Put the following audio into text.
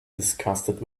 disgusted